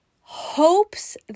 hopes